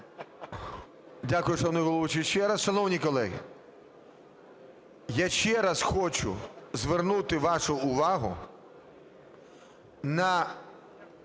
Дякую, шановний головуючий ще раз. Шановні колеги, я ще раз хочу звернути вашу увагу на